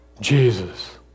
Jesus